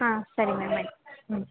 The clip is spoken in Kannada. ಹಾಂ ಸರಿ ಮ್ಯಾಮ್ ಆಯ್ತು ಹ್ಞೂ